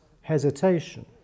hesitation